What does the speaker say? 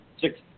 six